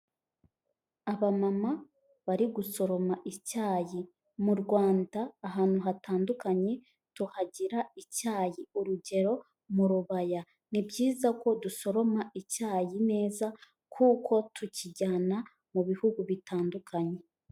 Abamama bari gusoroma icyayi mu Rwanda ahantu hatandukanye tuhagira icyayi urugero mu rubaya, ni byiza ko dusoroma icyayi neza kuko tukijyana mu bihugu bitandukanye.